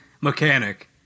mechanic